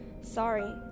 Sorry